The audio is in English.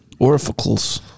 orificals